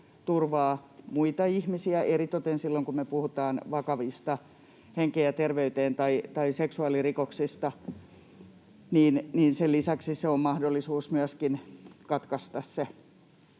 turvaa muita ihmisiä eritoten silloin, kun me puhutaan vakavista henkeen ja terveyteen kohdistuvista tai seksuaalirikoksista, se on mahdollisuus myöskin katkaista se